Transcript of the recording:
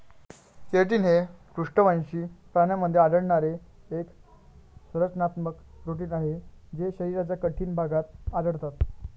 keratin हे पृष्ठवंशी प्राण्यांमध्ये आढळणारे एक संरचनात्मक प्रोटीन आहे जे शरीराच्या कठीण भागात आढळतात